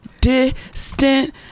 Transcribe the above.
distant